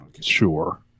sure